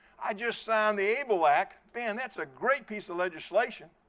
i just signed the able act, man, that's a great piece of legislation.